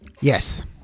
Yes